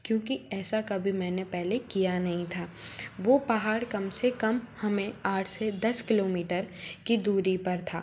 क्योंकि ऐसा कभी मैंने पहले किया नहीं था वह पहाड़ कम से कम हमें आठ से दस किलोमीटर की दूरी पर था